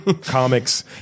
Comics